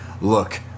look